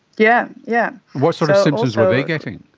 yeah yeah. what sort of symptoms were they getting?